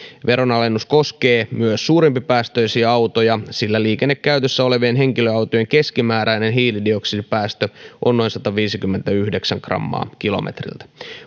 veronalennus koskee myös suurempipäästöisiä autoja sillä liikennekäytössä olevien henkilöautojen keskimääräinen hiilidioksidipäästö on noin sataviisikymmentäyhdeksän grammaa kilometriltä